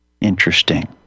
Interesting